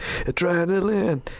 Adrenaline